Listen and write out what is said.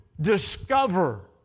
discover